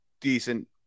decent